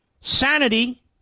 sanity